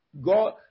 God